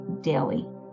daily